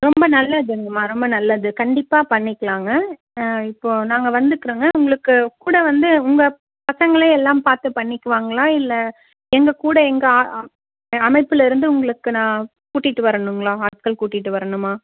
ரொம்ப நல்லதுங்க அம்மா ரொம்ப நல்லது கண்டிப்பாக பண்ணிக்கலாங்க இப்போ நாங்கள் வந்துக்குறோங்க உங்களுக்கு கூட வந்து உங்கள் பசங்களே எல்லாம் பார்த்து பண்ணிக்குவாங்களா இல்லை எங்கள் கூட எங்கள் அ அமைப்புலருந்து உங்களுக்கு நான் கூட்டிகிட்டு வரணுங்களா ஆட்கள் கூட்டிகிட்டு வரணுமா